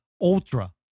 ultra